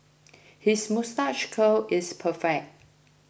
his moustache curl is perfect